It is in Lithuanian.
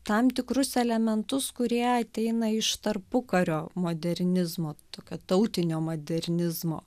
tam tikrus elementus kurie ateina iš tarpukario modernizmo tokio tautinio modernizmo